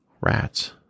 rats